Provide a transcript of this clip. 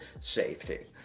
safety